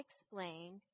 explained